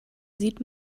sieht